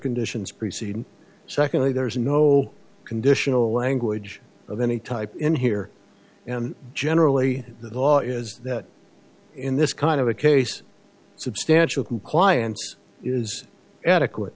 conditions preceding secondly there is no conditional language of any type in here and generally the law is that in this kind of a case substantial compliance is